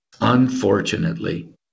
unfortunately